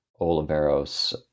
oliveros